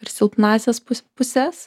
ir silpnąsias puses